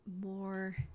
more